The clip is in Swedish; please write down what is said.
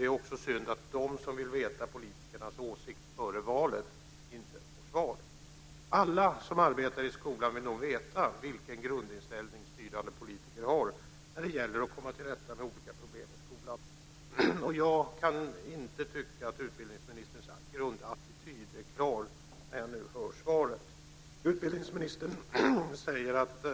Det är också synd att de som vill veta politikernas åsikt före valet inte får svar. Alla som arbetar i skolan vill nog veta vilken grundinställning styrande politiker har när det gäller att komma till rätta med olika problem i skolan. Jag tycker inte att utbildningsministern grundattityd är klar när jag nu hör svaret. Utbildningsministern säger att